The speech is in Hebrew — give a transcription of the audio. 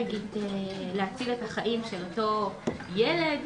ויכולים להציל את חייו של ילד אלרגי.